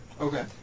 Okay